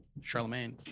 Charlemagne